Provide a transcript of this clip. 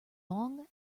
long